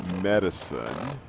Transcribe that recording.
medicine